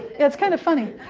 it's kind of funny.